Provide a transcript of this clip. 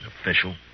Official